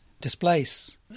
displace